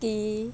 ਕੀ